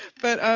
but,